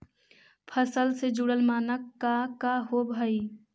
फसल से जुड़ल मानक का का होव हइ?